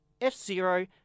F-Zero